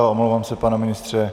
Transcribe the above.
Omlouvám se, pane ministře.